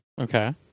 okay